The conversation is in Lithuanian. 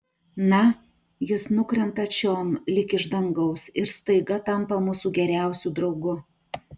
na jis nukrenta čion lyg iš dangaus ir staiga tampa mūsų geriausiu draugu